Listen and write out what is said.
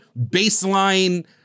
baseline